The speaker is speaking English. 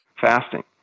fasting